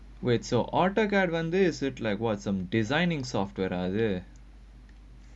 wait so autocad one day is it like what some designing software ah they